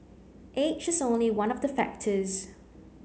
age is only one of the factors